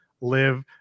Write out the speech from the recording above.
live